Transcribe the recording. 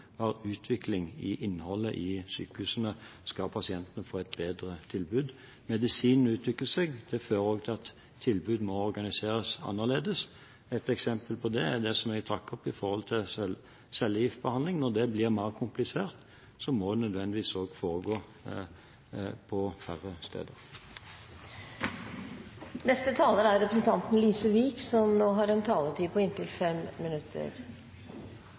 være utvikling i innholdet i sykehusene hvis pasientene skal få et bedre tilbud. Medisinen utvikler seg, og det fører også til at tilbud må organiseres annerledes. Ett eksempel på det er det jeg trakk fram om cellegiftbehandling. Når det blir mer komplisert, må det nødvendigvis også foregå på færre steder.